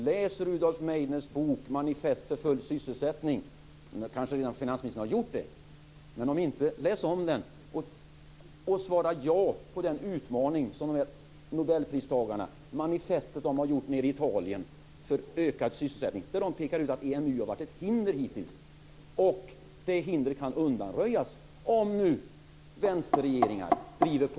Läs Rudolf Meidners bok Manifest för full sysselsättning. Det kanske finansministern redan har gjort. Läs då om den, och svara ja på den utmaning som det manifest för ökad sysselsättning som nobelpristagarna har gjort i Italien innebär. De pekar på att EMU hittills har varit ett hinder. Det hindret kan undanröjas om vänsterregeringar driver på.